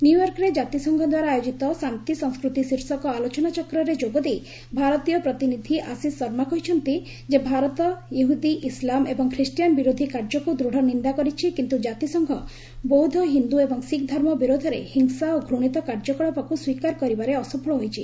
ନ୍ୟୁୟର୍କରେ ଜାତିସଂଘ ଦ୍ୱାରା ଆୟୋଜିତ ଶାନ୍ତି ସଂସ୍କୃତି ଶୀର୍ଷକ ଆଲୋଚନାଚକ୍ରରେ ଯୋଗଦେଇ ଭାରତୀୟ ପ୍ରତିନିଧି ଆଶିଶ ଶର୍ମା କହିଛନ୍ତି ଯେ ଭାରତ ୟେହୁଦି ଇସଲାମ୍ ଏବଂ ଖ୍ରୀଷ୍ଟିଆନ୍ ବିରୋଧୀ କାର୍ଯ୍ୟକୁ ଦୃଢ଼ ନିନ୍ଦା କରିଛି କିନ୍ତୁ ଜାତିସଂଘ ବୌଦ୍ଧ ହିନ୍ଦୁ ଏବଂ ଶିଖ୍ ଧର୍ମ ବିରୋଧରେ ହିଂସା ଓ ଘୃଣିତ କାର୍ଯ୍ୟକଳାପକୁ ସ୍ୱୀକାର କରିବାରେ ଅସଫଳ ହୋଇଛି